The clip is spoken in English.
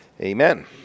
Amen